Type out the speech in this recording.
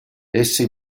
essi